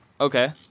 Okay